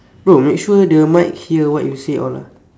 bro make sure the mic hear what you say all ah